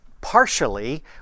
partially